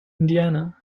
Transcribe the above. indiana